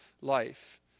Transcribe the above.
life